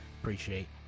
Appreciate